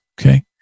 Okay